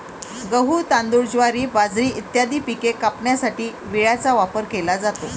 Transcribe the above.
गहू, तांदूळ, ज्वारी, बाजरी इत्यादी पिके कापण्यासाठी विळ्याचा वापर केला जातो